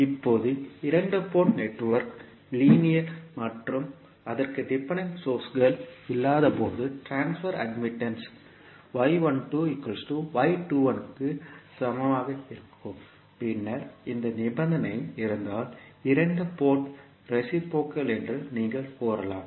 இப்போது இரண்டு port network linear மற்றும் அதற்கு டிபெண்டன்ட் சோர்ஸ்கள் இல்லாதபோது ட்ரான்ஸ்பர் அட்மிட்டன்ஸ் க்கு சமமாக இருக்கும் பின்னர் இந்த நிபந்தனை இருந்தால் இரண்டு போர்ட் ரேசிப்ரோகல் என்று நீங்கள் கூறலாம்